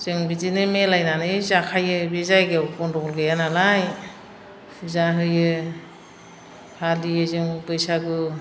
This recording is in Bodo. जों बिदिनो मिलायनानै जाखायो बे जायगायाव गन्द'गल गैया नालाय फुजा होयो फालियो जों बैसागु